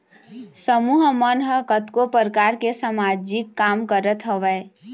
समूह मन ह कतको परकार के समाजिक काम करत हवय